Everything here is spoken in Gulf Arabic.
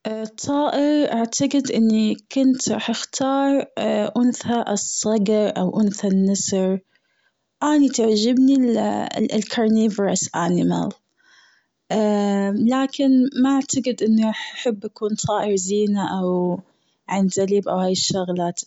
طائر اعتقد أني كنت راح اختار أنثى الصقر أو أنثى النسر، أني تعجبني ال carnivorous animal لكن ما اعتقد أني أحب أكون طائر زينة أو عندليب أو هاي الشغلات